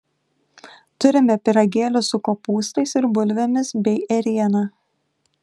turime pyragėlių su kopūstais ir bulvėmis bei ėriena